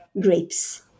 grapes